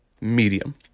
medium